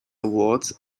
awards